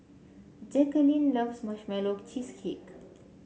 Jacalyn loves Marshmallow Cheesecake